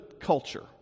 culture